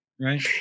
right